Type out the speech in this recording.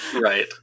right